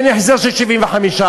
אין החזר של 75%,